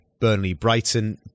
Burnley-Brighton